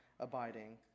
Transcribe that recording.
abiding